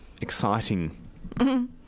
exciting